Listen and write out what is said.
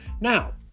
Now